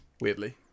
weirdly